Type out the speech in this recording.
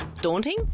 Daunting